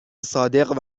صادق